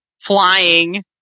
Flying